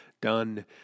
done